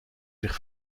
zich